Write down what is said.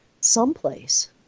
someplace